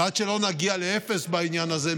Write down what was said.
ועד שלא נגיע לאפס בעניין הזה,